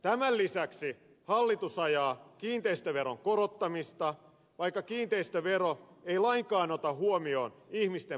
tämän lisäksi hallitus ajaa kiinteistöveron korottamista vaikka kiinteistövero ei lainkaan ota huomioon ihmisten maksukykyä